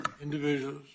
individuals